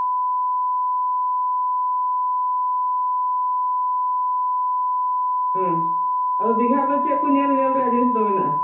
ᱟᱫᱚ ᱫᱤᱜᱷᱟ ᱨᱮᱫᱚ ᱪᱮᱫ ᱠᱚ ᱧᱮᱞ ᱧᱮᱞ ᱨᱮᱭᱟᱜ ᱡᱤᱱᱤᱥ ᱠᱚᱫᱚ ᱢᱮᱱᱟᱜᱼᱟ